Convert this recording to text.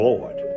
Lord